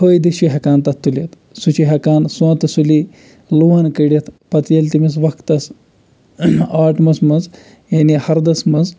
فٲیِدٕ چھِ ہٮ۪کان تَتھ تُلِتھ سُہ چھِ ہٮ۪کان سونٛتہٕ سُلی لون کٔڑِتھ پَتہٕ ییٚلہِ تٔمِس وَقتَس آٹمَس منٛز یعنی ہَردَس منٛز